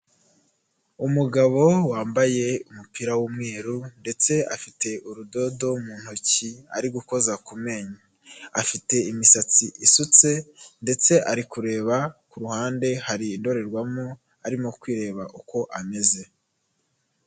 Umugabo wambaye umupira w'umweru ndetse afite urudodo mu ntoki ari gukoza ku menyo, afite imisatsi isutse ndetse ari kureba ku ruhande hari indorerwamo arimo kwireba uko ameze.